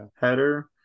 header